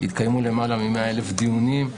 התקיימו יותר מ-100,000 דיונים.